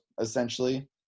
essentially